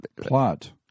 plot